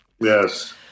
Yes